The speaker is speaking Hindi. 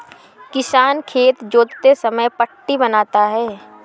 किसान खेत जोतते समय पट्टी बनाता है